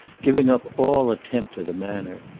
giving up all attempt at a manner.